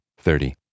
thirty